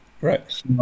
Right